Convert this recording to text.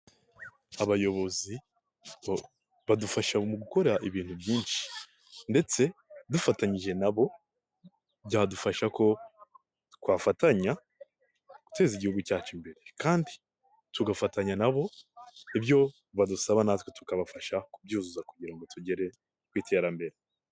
Abayobozi bo badufasha mu gukora ibintu byinshi, ndetse dufatanyije nabo byadufasha ko twafatanya guteza igihugu cyacu imbere, kandi tugafatanya nabo ibyo badusaba natwe tukabafasha kubyuzuza kugira ngo tugere ku iterambere.